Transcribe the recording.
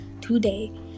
today